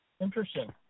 Interesting